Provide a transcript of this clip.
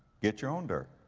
get your own dirt.